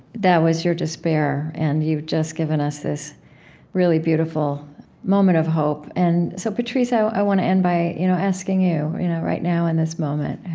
that was your despair, and you've just given us this really beautiful moment of hope. and so patrisse, i want to end by you know asking you you know right now, in this moment,